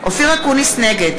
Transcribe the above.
נגד